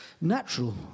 natural